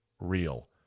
real